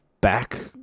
back